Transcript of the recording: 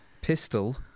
Pistol